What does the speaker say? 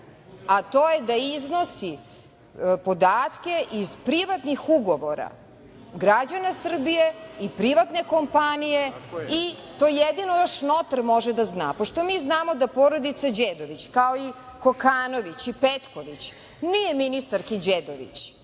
a to je da iznosi podatke iz privatnih ugovora građana Srbije i privatne kompanije i to jedino još notar može da zna. Pošto mi znamo da porodica Đedović, kao i Kokanović i Petković nije ministarki Đedović